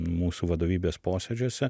mūsų vadovybės posėdžiuose